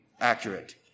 accurate